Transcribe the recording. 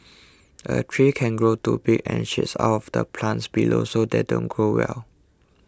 a tree can grow too big and shade out the plants below so they don't grow well